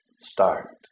start